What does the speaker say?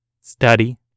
study